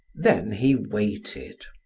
then he waited.